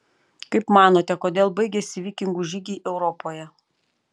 kaip manote kodėl baigėsi vikingų žygiai europoje